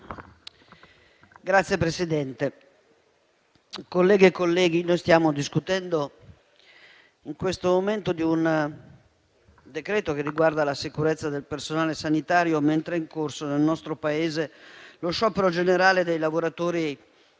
Signora Presidente, colleghe e colleghi, stiamo discutendo in questo momento di un decreto-legge che riguarda la sicurezza del personale sanitario, mentre è in corso nel nostro Paese lo sciopero generale dei lavoratori